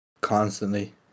constantly